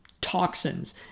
toxins